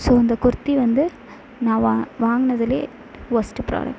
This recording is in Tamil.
ஸோ அந்த குர்த்தி வந்து நான் வாங்கினதுலே ஒர்ஸ்ட்டு ப்ராடக்ட்டு